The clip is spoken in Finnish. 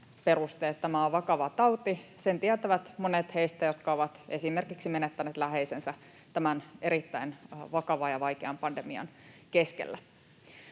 Tämä on vakava tauti. Sen tietävät monet heistä, jotka ovat esimerkiksi menettäneet läheisensä tämän erittäin vakavan ja vaikean pandemian keskellä.